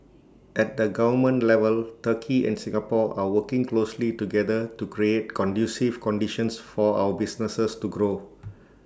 at the government level turkey and Singapore are working closely together to create conducive conditions for our businesses to grow